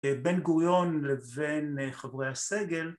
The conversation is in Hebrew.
‫בן גוריון לבין חברי הסגל.